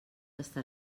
estar